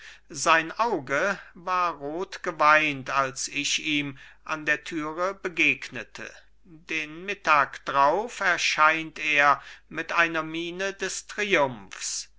sein auge war rot geweint als ich ihm an der türe begegnete den mittag drauf erscheint er mit einer miene des triumphs